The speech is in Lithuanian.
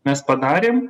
mes padarėm